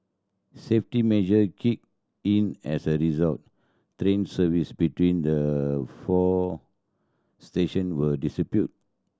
safety measure kicked in as a result train services between the four station were disrupted